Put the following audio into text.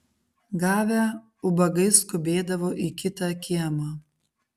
gavę ubagai skubėdavo į kitą kiemą